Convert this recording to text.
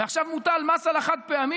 ועכשיו מוטל מס על החד-פעמי,